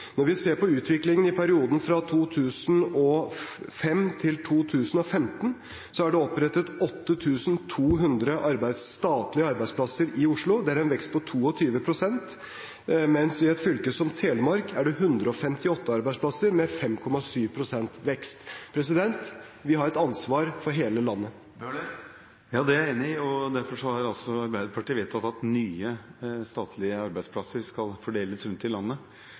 Når vi ser på utviklingen i perioden fra 2005 til 2015, er det opprettet 8 200 statlige arbeidsplasser i Oslo. Det er en vekst på 22 pst, mens i et fylke som Telemark er det 158 arbeidsplasser, med 5,7 pst. vekst. Vi har et ansvar for hele landet. Ja, det er jeg enig i, og derfor har altså Arbeiderpartiet vedtatt at nye statlige arbeidsplasser skal fordeles rundt i landet.